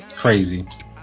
crazy